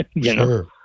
Sure